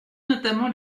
notamment